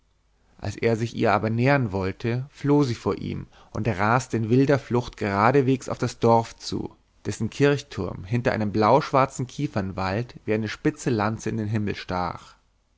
als er sich ihr aber nähern wollte floh sie vor ihm und raste in wilder flucht geradewegs auf das dorf zu dessen kirchturm hinter einem blauschwarzen kiefernwald wie eine spitze lanze in den himmel stach